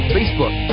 Facebook